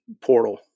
portal